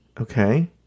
okay